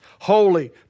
holy